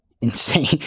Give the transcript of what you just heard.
insane